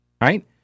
Right